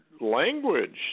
language